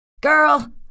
girl